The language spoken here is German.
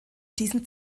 diesem